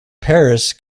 paris